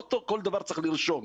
לא כל דבר צריך לרשום.